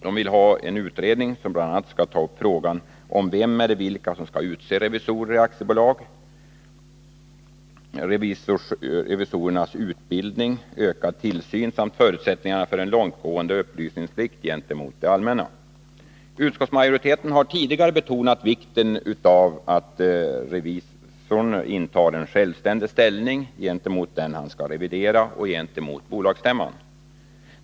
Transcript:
De vill ha en utredning, som bl.a. skulle ta upp frågan om vem eller vilka som skall utse revisorer i aktiebolag, revisorernas utbildning, ökad tillsyn samt förutsättningarna för en långtgående upplysningsplikt gentemot det allmänna. Utskottsmajoriteten har tidigare betonat vikten av att revisorn intar en självständig ställning gentemot dem vilkas räkenskaper han skall revidera och gentemot bolagsstämman.